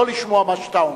לא לשמוע מה שאתה אומר.